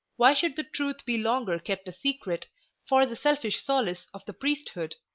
why should the truth be longer kept a secret for the selfish solace of the priesthood?